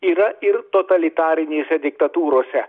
yra ir totalitarinėse diktatūrose